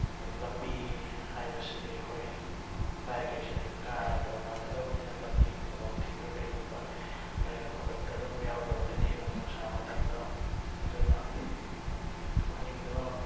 ꯑꯗꯣ ꯂꯝꯕꯤ ꯍꯥꯏꯕꯁꯤꯗꯤ ꯍꯣꯏ ꯕꯥꯏꯛ ꯍꯥꯏꯁꯤꯗꯤ ꯀꯥꯔꯒ ꯃꯥꯟꯅꯗꯕꯅꯤꯅ ꯂꯝꯕꯤꯒꯤ ꯈꯨꯗꯣꯡ ꯊꯤꯕ ꯀꯔꯤꯒꯨꯝꯕ ꯂꯩꯔꯛ ꯈꯨꯜꯂꯛꯇ ꯑꯗꯨꯝ ꯌꯥꯎꯗꯕ ꯅꯠꯇꯦ ꯅꯣꯡꯖꯨ ꯅꯨꯡꯁꯥ ꯃꯇꯝꯗ ꯑꯗꯨꯅ ꯊꯣꯛꯍꯟꯅꯤꯡꯗꯕ